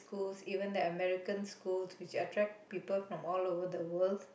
schools even the American school to attract people from all over the world